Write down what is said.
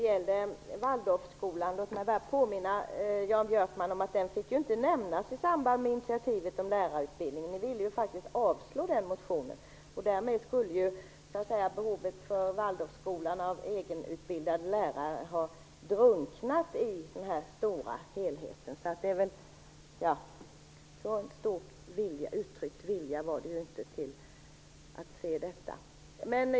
Fru talman! Låt mig påminna Jan Björkman om att Waldorfskolan inte fick nämnas i samband med initiativet om lärarutbildningen. Ni ville ju avslå den motionen. Därmed skulle Waldorfskolans behov av egenutbildade lärare ha drunknat i den stora helheten. Så stor vilja uttryckte ni alltså inte.